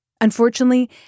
Unfortunately